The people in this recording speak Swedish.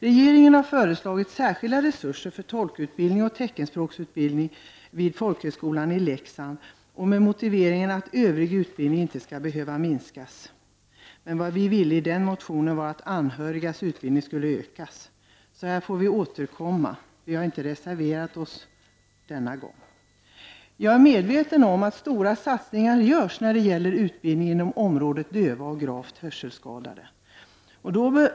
Regeringen har föreslagit särskilda resurser för tolkutbildning och teckenspråksutbildning vid folkhögskolan i Leksand med motiveringen att övrig utbildning inte skall behöva minskas. Vad jag ville i vår motion var att anhörigas utbildning skulle ökas. På den här punkten får vi alltså återkomma. Vi i miljöpartiet har inte reserverat oss denna gång. Jag är medveten om att stora satsningar görs beträffande utbildningen för döva och gravt hörselskadade.